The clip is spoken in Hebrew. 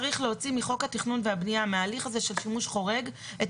צריך להוציא מחוק התכנון והבנייה מההליך הזה של שימוש חורג את